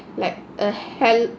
like a hell